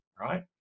right